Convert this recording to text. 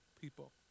people